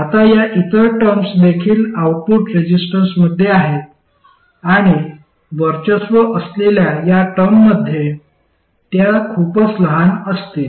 आता या इतर टर्म्स देखील आउटपुट रेझिस्टन्समध्ये आहेत आणि वर्चस्व असलेल्या या टर्मपेक्षा त्या खूपच लहान असतील